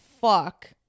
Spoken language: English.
fuck